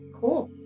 cool